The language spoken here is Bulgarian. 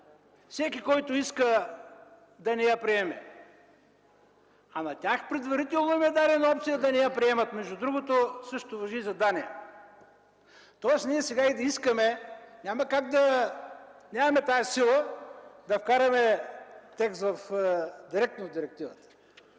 всеки който иска да не я приеме, а на тях предварително им е дадена опция да не я приемат. Между другото същото важи и за Дания. Ние сега и да искаме нямаме как, нямаме тази сила, да вкараме текста директно в директивата.